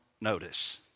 notice